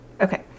Okay